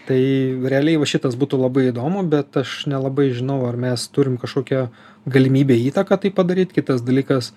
tai realiai va šitas būtų labai įdomu bet aš nelabai žinau ar mes turim kažkokią galimybę įtaką tai padaryt kitas dalykas